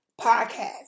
podcast